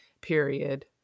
period